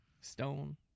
Stone